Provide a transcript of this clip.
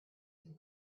from